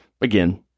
again